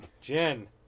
Jen